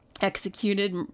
executed